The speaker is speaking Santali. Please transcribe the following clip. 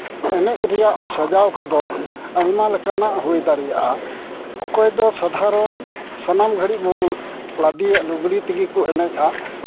ᱮᱱᱮᱡ ᱨᱮᱭᱟᱜ ᱥᱟᱡᱟᱣ ᱠᱚᱫᱚ ᱟᱭᱢᱟ ᱞᱮᱠᱟᱱᱟᱜ ᱦᱩᱭ ᱫᱟᱲᱮᱭᱟᱜᱼᱟ ᱚᱠᱚᱭ ᱫᱚ ᱥᱟᱫᱷᱟᱨᱚᱱ ᱥᱟᱱᱟᱢ ᱜᱷᱟᱹᱲᱤᱡ ᱵᱚᱱ ᱞᱟᱸᱫᱮᱭᱟᱜ ᱞᱩᱜᱽᱲᱤ ᱛᱮᱜᱮ ᱵᱚᱱ ᱮᱱᱮᱡᱼᱟ